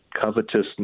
covetousness